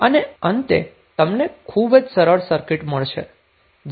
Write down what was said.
અને અંતે તમને ખુબ જ સરળ સર્કિટ મળશે